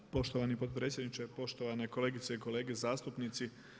Poštovani potpredsjedniče, poštovane kolegice i kolege zastupnici.